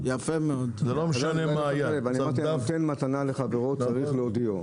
מקלב: כתוב: הנותן מתנה לחברו צריך להודיעו.